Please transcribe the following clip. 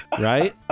right